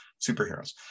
superheroes